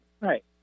Right